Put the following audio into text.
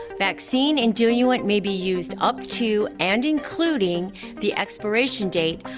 vaccine and diluent may be used up to and including the expiration date,